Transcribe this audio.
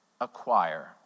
acquire